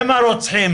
הם הרוצחים.